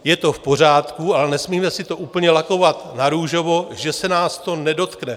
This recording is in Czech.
Je to v pořádku, ale nesmíme si to úplně lakovat narůžovo, že se nás to nedotkne.